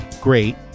great